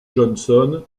johnson